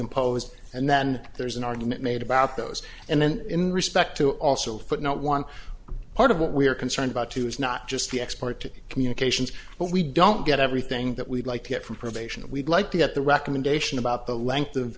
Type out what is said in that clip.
imposed and then there's an argument made about those and then in respect to also footnote one part of what we are concerned about too is not just the export to communications but we don't get everything that we'd like to get from probation and we'd like to get the recommendation about the length of